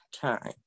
time